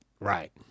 Right